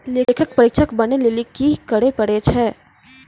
लेखा परीक्षक बनै लेली कि करै पड़ै छै?